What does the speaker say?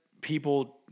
people